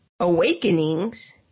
Awakenings